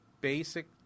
basic